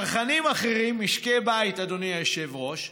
צרכנים אחרים, משקי בית, אדוני היושב-ראש,